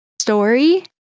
Story